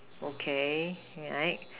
okay need I